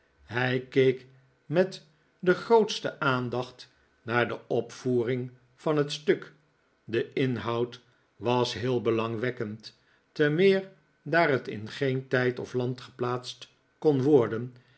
hij keek met de grootste aandacht naar de opvoering van het stuk de inhoud was heel belangwekkend te meer daar het in geen tijd of land geplaatst kon worden